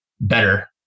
better